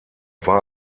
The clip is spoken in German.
war